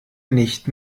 nicht